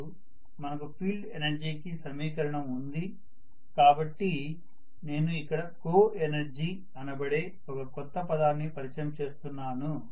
ఇప్పుడు మనకు ఫీల్డ్ ఎనర్జీకి సమీకరణం ఉంది కాబట్టి నేను ఇక్కడ కోఎనర్జీ అనబడే ఒక కొత్త పదాన్ని పరిచయం చేస్తున్నాను